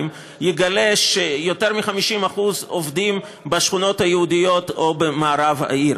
יגלה שיותר מ-50% עובדים בשכונות היהודיות או במערב העיר.